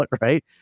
right